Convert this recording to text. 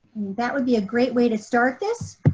that would be a great way to start this.